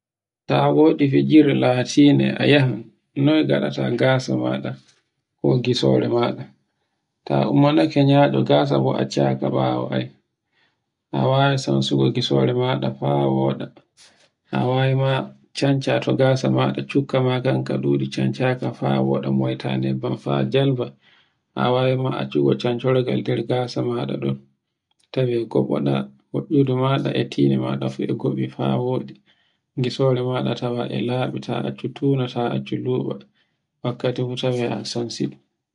Ta wodi fijirle latinde a yahan noy ngaɗata ngasa maɗa ko gisore maɗa ta ummanake nyaɗunga sabu accaka ɓawo ai. A wawi sansugo gitore maɗa fa woɗa. A wawi ma cancaɗo gasa maɗa cukkama kan ka ɗuɗi cancanka fa woɗa moytande ban fa jelɓa. A wawi ma accugo cancorgal nder gasa maɗa tawe gaboɗa taccuɗu ma ettindi maɗa fu e gobi maɗa fa woɗi isore maɗa e laɓi. ta accu tuna ta, ta luɓa wakkati fu tawe a samsi.